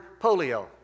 polio